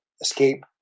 escape